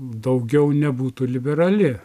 daugiau nebūtų liberali